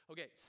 Okay